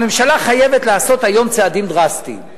הממשלה חייבת לעשות היום צעדים דרסטיים.